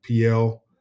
PL